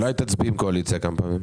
אולי תצביעי עם הקואליציה כמה פעמים?